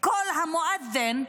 קול המואזין,